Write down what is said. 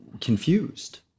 confused